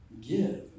Give